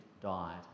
died